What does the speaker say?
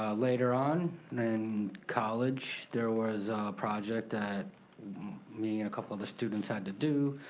later on in college there was a project that me and a couple other students had to do.